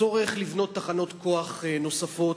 הצורך לבנות תחנות כוח נוספות,